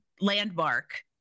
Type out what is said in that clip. landmark